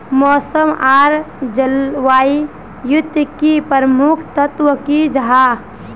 मौसम आर जलवायु युत की प्रमुख तत्व की जाहा?